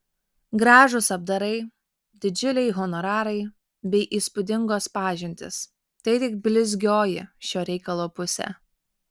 gražūs apdarai didžiuliai honorarai bei įspūdingos pažintys tai tik blizgioji šio reikalo pusė